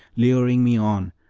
luring me on,